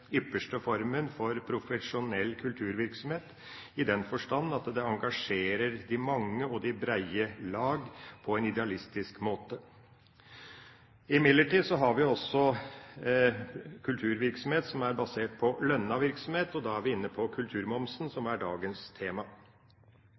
engasjerer de mange og de brede lag på en idealistisk måte. Imidlertid har vi også kulturvirksomhet som er basert på lønnet virksomhet, og da er vi inne på kulturmomsen, som